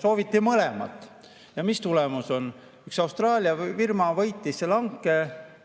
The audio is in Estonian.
Sooviti mõlemat. Ja mis tulemus on? Üks Austraalia firma võitis selle hanke